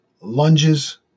lunges